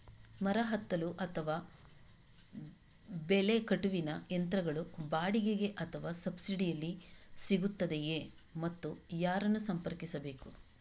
ಮರ ಹತ್ತಲು ಅಥವಾ ಬೆಲೆ ಕಟಾವಿನ ಯಂತ್ರಗಳು ಬಾಡಿಗೆಗೆ ಅಥವಾ ಸಬ್ಸಿಡಿಯಲ್ಲಿ ಸಿಗುತ್ತದೆಯೇ ಮತ್ತು ಯಾರನ್ನು ಸಂಪರ್ಕಿಸಬೇಕು?